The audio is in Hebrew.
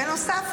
בנוסף,